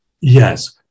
Yes